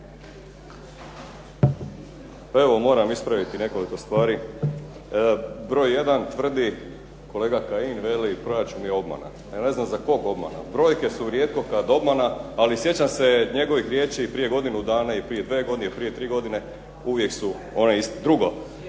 evo moram ispraviti nekoliko stvari. Broj jedan, tvrdi, kolega Kajin veli proračun je obmana. Ja ne znam za kog obmana. Brojke su rijetko kad obmana, ali sjećam se njegovih riječi prije godinu dana i prije dvije godine i prije tri godine, uvijek su one iste. Drugo,